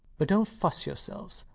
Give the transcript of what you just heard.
but dont fuss yourselves.